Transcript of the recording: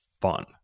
fun